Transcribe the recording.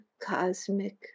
cosmic